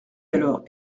alors